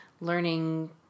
learning